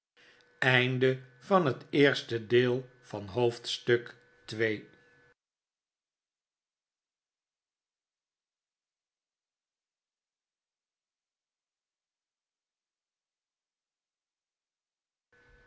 oosten van het westen van het